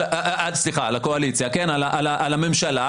סליחה, על הקואליציה, על הממשלה.